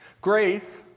Grace